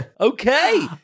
Okay